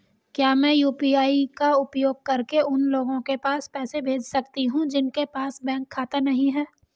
क्या मैं यू.पी.आई का उपयोग करके उन लोगों के पास पैसे भेज सकती हूँ जिनके पास बैंक खाता नहीं है?